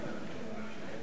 אמרתי לכם.